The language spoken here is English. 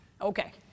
okay